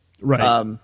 Right